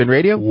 Radio